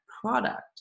product